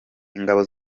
ingabo